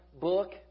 book